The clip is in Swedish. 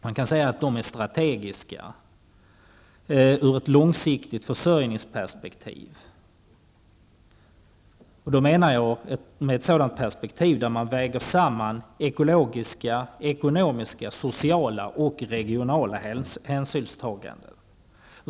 Man kan säga att de är strategiska ur ett långsiktigt försörjningsperspektiv, och då menar jag ett sådant perspektiv där man väger samman ekologiska, ekonomiska, sociala och regionala hänsynstaganden.